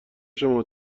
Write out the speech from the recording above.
شما